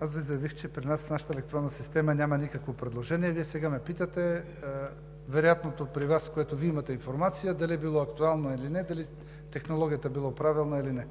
аз Ви заявих, че при нас, в нашата електронна система няма никакво предложение, а Вие сега ме питате – вероятното при Вас, за което Вие имате информация, дали е било актуално или не, дали технологията била правилна или не.